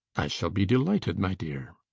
i shall be delighted, my dear.